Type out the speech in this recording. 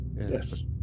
yes